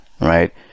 Right